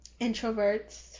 introverts